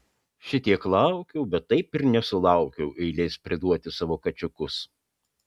šitiek laukiau bet taip ir nesulaukiau eilės priduoti savo kačiukus